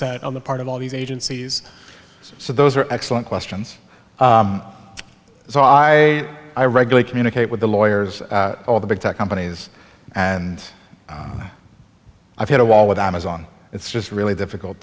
set on the part of all these agencies so those are excellent questions so i i regularly communicate with the lawyers all the big tech companies and i've hit a wall with amazon it's just really difficult